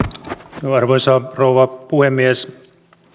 arvoisa rouva puhemies